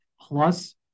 plus